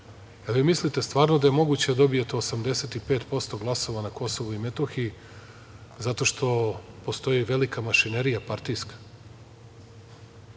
li vi mislite stvarno da je moguće da dobijete 85% glasova na Kosovu i Metohiji zato što postoji velika mašinerija partijska